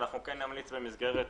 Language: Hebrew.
כן נמליץ במסגרת